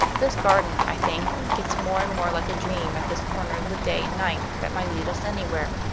this garden, i think, gets more and more like a dream at this corner of the day and night, that might lead us anywhere.